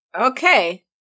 Okay